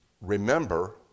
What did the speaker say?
Remember